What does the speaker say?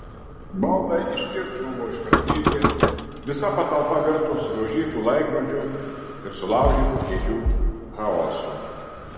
baldai išties buvo išvartyti visa patalpa virto sudaužytų laikrodžių ir sulaužytų kėdžių chaosu